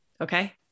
okay